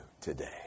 today